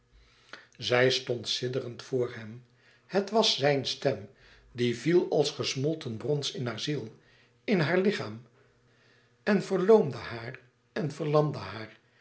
zij stond sidderend voor hem het was zijn stem die viel als gesmolten brons in haar ziel in haar lichaam en verloomde haar en verlamde haar